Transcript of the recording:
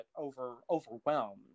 overwhelmed